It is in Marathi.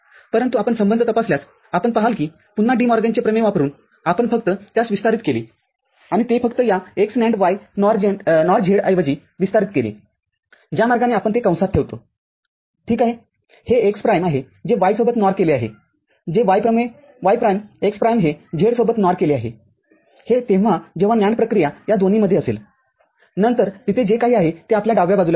परंतु आपण संबंध तपासल्यास आपण पाहाल कि पुन्हा डी मॉर्गनचे प्रमेय वापरुनआपण फक्त त्यास विस्तारित केले आणि आपण ते फक्त या x NAND y NOR z ऐवजी विस्तारित केले ज्या मार्गाने आपण ते कंसात ठेवतो ठीक आहे हे x प्राईमआहे जे y सोबत NOR केले आहे जे y प्राईम x प्राईम हे z सोबत NOR केले आहे हे तेव्हा जेव्हा NAND प्रक्रिया या दोन्हीमध्ये असेलनंतर तिथे जे काही आहे ते आपल्या डाव्या बाजूला मिळेल